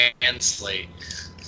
translate